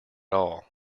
all